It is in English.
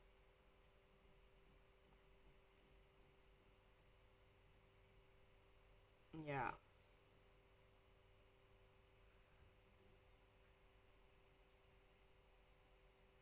ya